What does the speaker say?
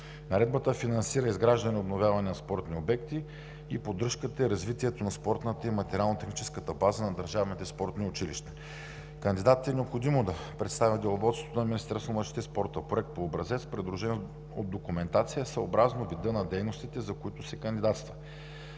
Наредбата финансира изграждане и обновяване на спортни обекти, поддръжката и развитието на спортната и материално-техническата база на държавните спортни училища. Кандидатите е необходимо да представят в деловодството на Министерството на младежта и спорта Проект по образец, придружен от документация, съобразно вида на дейностите, за които се кандидатства.